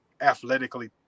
athletically